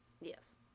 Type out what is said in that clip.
Yes